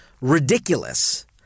ridiculous